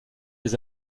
les